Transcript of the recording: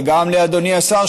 וגם לאדוני השר,